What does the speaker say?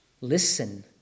Listen